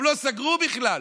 גם לא סגרו בכלל,